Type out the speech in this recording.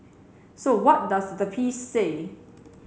so what does the piece say